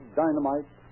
dynamite